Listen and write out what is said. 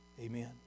Amen